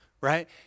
Right